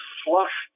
flush